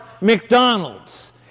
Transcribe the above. McDonald's